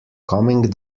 coming